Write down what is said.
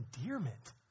endearment